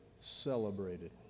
celebrated